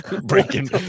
Breaking